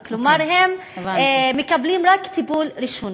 כלומר, הם מקבלים רק טיפול ראשוני.